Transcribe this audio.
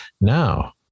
now